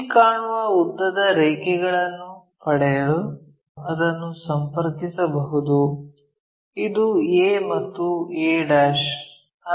ಈ ಕಾಣುವ ಉದ್ದದ ರೇಖೆಗಳನ್ನು ಪಡೆಯಲು ಅದನ್ನು ಸಂಪರ್ಕಿಸಬಹುದು ಇದು a ಮತ್ತು a'